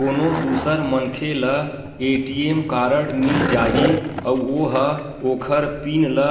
कोनो दूसर मनखे ल ए.टी.एम कारड मिल जाही अउ ओ ह ओखर पिन ल